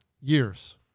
Years